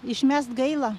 išmest gaila